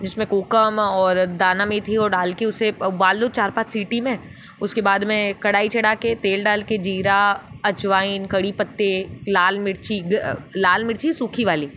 जिसमें कू कामा और दाना मेथी और डाल कर उसे उबाल लो चार पाँच सीटी में उसके बाद मे कढ़ाई चढ़ा के तेल डाल के जीरा अजवाइन कड़ी पत्ते लाल मिर्ची लाल मिर्ची सूखी वाली